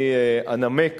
אני אנמק